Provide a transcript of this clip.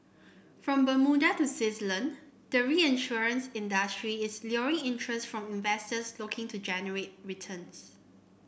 from Bermuda to Switzerland the reinsurance industry is luring interest from investors looking to generate returns